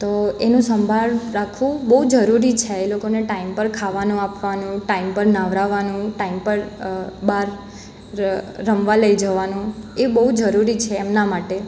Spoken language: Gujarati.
તો એનું સંભાળ રાખવું બહુ જરૂરી છે એ લોકોને ટાઈમ પર ખાવાનું આપવાનું ટાઈમ પર નવડાવાનું ટાઈમ પર બહાર રમવા લઈ જવાનું એ બહુ જરૂરી છે એમના માટે